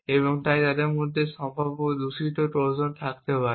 এবং তাই তাদের মধ্যে সম্ভাব্য দূষিত ট্রোজান থাকতে পারে